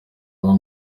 baba